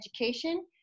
Education